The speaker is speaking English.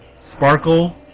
Sparkle